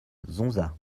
zonza